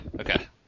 Okay